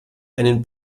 einen